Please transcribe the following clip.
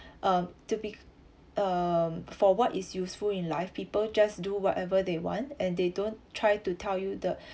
um to be um for what is useful in life people just do whatever they want and they don't try to tell you the